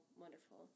wonderful